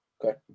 Good